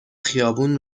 خیابون